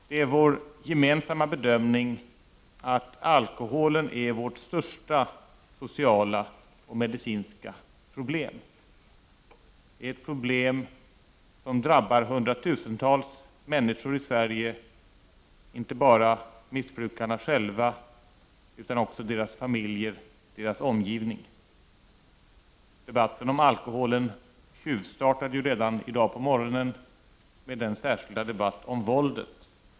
Det är vår gemensamma bedömning att alkoholen är vårt största sociala och medicinska problem, ett problem som drabbar hundratusentals människor i Sverige, inte bara missbrukarna själva utan också deras familjer, deras omgivning. Debatten om alkohol tjuvstartade redan på morgonen i dag, med den särskilda debatten om våldet.